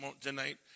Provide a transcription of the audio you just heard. tonight